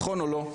נכון או לא?